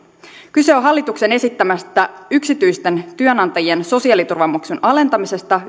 kyse on hallituksen esittämästä yksityisten työnantajien sosiaaliturvamaksun alentamisesta